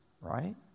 right